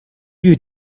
you